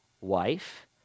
wife